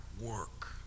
work